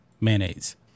mayonnaise